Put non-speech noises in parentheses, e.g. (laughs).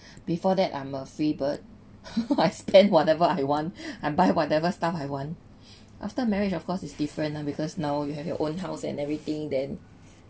before that I'm a free bird (laughs) I spend whatever I want I buy whatever stuff I want after marriage of course is different lah because now you have your own house and everything then